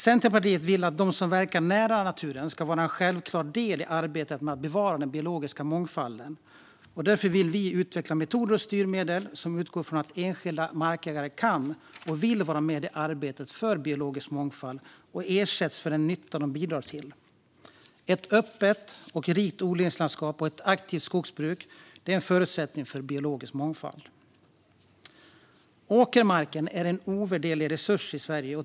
Centerpartiet vill att de som verkar nära naturen ska vara en självklar del i arbetet med att bevara den biologiska mångfalden. Därför vill vi utveckla metoder och styrmedel som utgår från att enskilda markägare kan och vill vara med i arbetet för biologisk mångfald och ersätts för den nytta de bidrar till. Ett öppet och rikt odlingslandskap och ett aktivt skogsbruk är en förutsättning för biologisk mångfald. Åkermarken är en ovärderlig resurs i Sverige.